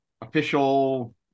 official